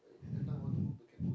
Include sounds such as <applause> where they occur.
<breath>